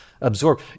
absorb